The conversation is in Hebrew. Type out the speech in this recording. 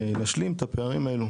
ונשלים את הפערים האלו.